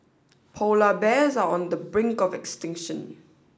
polar bears are on the brink of extinction